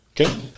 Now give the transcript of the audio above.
Okay